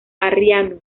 arriano